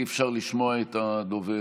אי-אפשר לשמוע את הדובר.